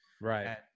Right